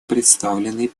представлены